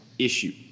issue